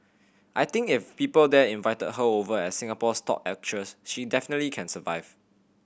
I think if people there invited her over as Singapore's top actress she definitely can survive